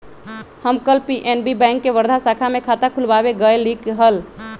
हम कल PNB bank के वर्धा शाखा में खाता खुलवावे गय लीक हल